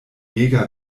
mega